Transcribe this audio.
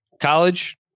college